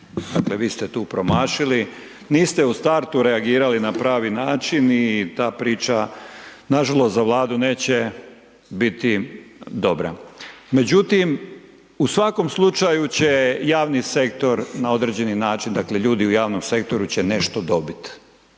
Dakle, vi ste tu promašili, niste u startu reagirali na pravi način i ta priča nažalost za Vladu neće biti dobra. Međutim, u svakom slučaju će javni sektor na određeni način, dakle ljudi u javnom sektoru će nešto dobiti.